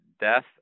death